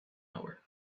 hour